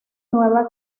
nueve